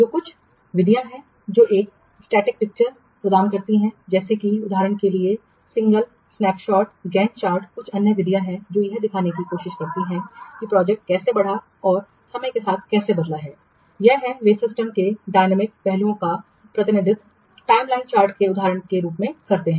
तो कुछ विधियाँ है जो एक स्टैटिक पिक्चर प्रदान करती है जैसे कि उदाहरण के लिए सिंगल स्नैपशॉट गैंट चार्ट कुछ अन्य विधियाँ हैं जो यह दिखाने की कोशिश करती हैं कि प्रोजेक्ट कैसे बढ़ा और समय के साथ कैसे बदला है यह वे सिस्टम के डायनामिकपहलुओं का प्रतिनिधित्व टाइमलाइन चार्ट के उदाहरण से करते हैं